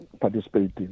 participating